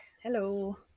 hello